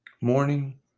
morning